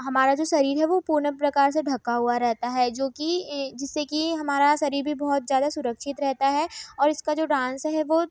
हमारा जो शरीर है वो पूर्ण प्रकार से ढंका हुआ रहता है जो कि जिससे कि हमारा शरीर भी बहुत ज्यादा सुरक्षित रहता है और इसका जो डांस है वो